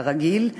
כרגיל.